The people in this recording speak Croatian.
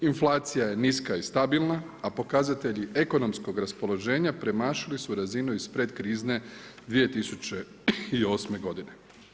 Inflacija je niska i stabilna, a pokazatelji ekonomskog raspoloženja premašili su razinu ispred krizne 2008. godine.